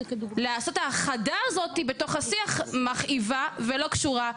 לעשות את ההאחדה הזאת בתוך השיח מכאיבה ולא קשורה.